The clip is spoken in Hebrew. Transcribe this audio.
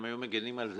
הם היו מגנים על זה